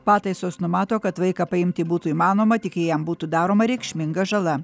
pataisos numato kad vaiką paimti būtų įmanoma tik jei jam būtų daroma reikšminga žala